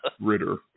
Ritter